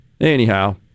anyhow